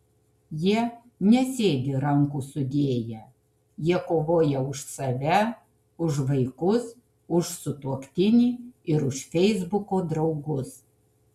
jie nesėdi rankų sudėję jie kovoja už save už vaikus už sutuoktinį ir už feisbuko draugus